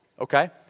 okay